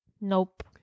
Nope